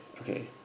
okay